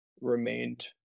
remained